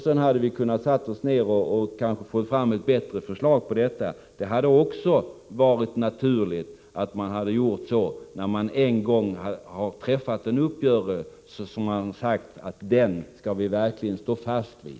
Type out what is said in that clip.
Sedan kunde vi kanske tillsammans ha fått fram ett bättre förslag därvidlag. Det hade också varit naturligt att man, när man en gång hade träffat en uppgörelse, skulle ha sagt: Den skall vi verkligen stå fast vid.